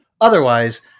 Otherwise